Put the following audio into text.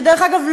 שדרך אגב,